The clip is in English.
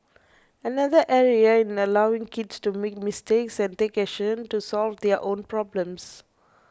another area is in allowing kids to make mistakes and take action to solve their own problems